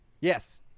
Yes